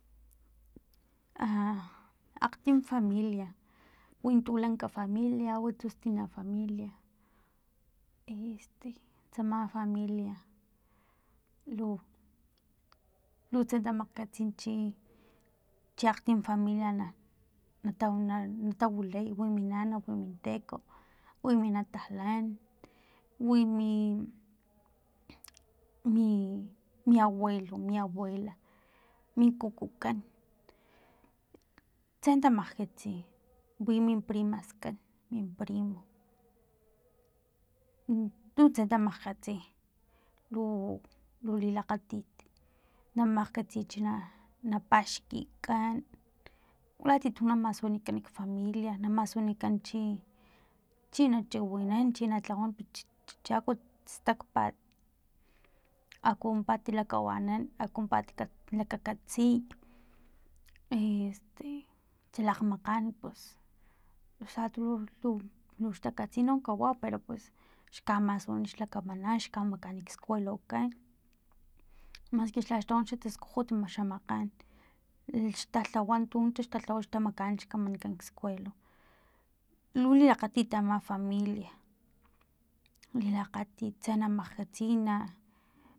A akgtim familia wintu lanka familia wintu stina familia este tsama familia lu tse tamagkatsi chi chi akgtim familia nata wilay wi mi nana wi min teko wi mi natalan wi mi mi mi abueno mi abuela min kukukan tsen tamakgkatsi wi min primaskan primo lu tse tamakgkatsi lu lulilakgatit na makgkatsiy chi na na paxkikan latia tu na masunikan nak familia na masunikan chi chi na chiwinan chi na tlawan chaku stakpat aku mimpat lakawanan aku mimpat kakatsiy este xalakgmakan pus lhatu tu lux takatsi no kawau pero pues xkamasuni xkamanan kamakani ksuelo ksuelokan maski lhaxtoanan xa taskujut xa makgan xtalhawa tux talhawa xtamakan xkamankan skuelo lu lilakgatit ama familia lilakgatit tse na magkatsiy na